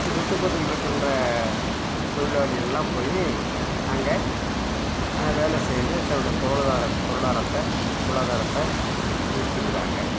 இங்கே சுத்துப்பட்டியில் இருக்கின்ற தொழிலாளிகளெலாம் போய் அங்க வேலை செய்து தன்னோடய பொருளாரத் பொருளாரத்தை பொருளாதாரத்தை நிறுத்துகிறாங்க